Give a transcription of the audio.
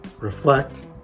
Reflect